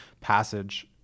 passage